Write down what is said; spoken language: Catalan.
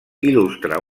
il·lustra